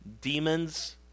Demons